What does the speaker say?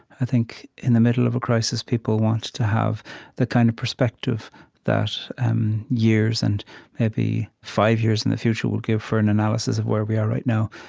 i think. in the middle of a crisis, people want to have the kind of perspective that um years, and maybe five years in the future, will give for an analysis of where we are right now,